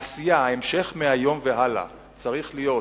העשייה, ההמשך מהיום והלאה צריך להיות